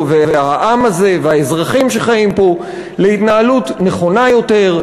והעם הזה והאזרחים שחיים פה להתנהלות נכונה יותר,